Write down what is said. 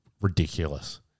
ridiculous